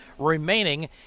remaining